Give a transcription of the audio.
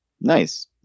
nice